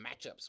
matchups